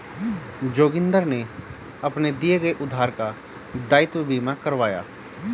जोगिंदर ने अपने दिए गए उधार का दायित्व बीमा करवाया